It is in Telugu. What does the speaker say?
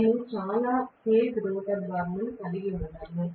నేను చాలా కేజ్ రోటర్ బార్లను కలిగి ఉండను